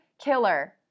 killer